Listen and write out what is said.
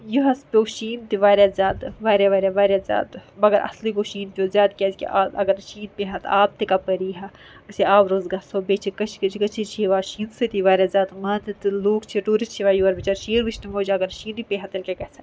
یۄہس پیوو شیٖن تہِ واریاہ زیادٕ واریاہ واریاہ واریاہ زیادٕ مگر اَصلی گوٚو شیٖن پیوٚو زیادٕ کیازِ کہِ اَگر شیٖن پییہِ ہا تہِ آب تہِ کپٲرۍ یی ہا اَسہۍ آب روس گژھو بیٚیہِ چھِ کٔشیٖرِ کٔشیٖرِ چھِ یِوان شیٖن سۭتی واریاہ زیادٕ ماننہٕ تہٕ لوٗکھ چھِ ٹوٗرِسٹ یِوان یورِٕ بچٲرۍ شیٖن وچھنہٕ موٗجوٗب اگر شیٖن پییہ ہا تیٚلہِ کیٛاہ گژھِا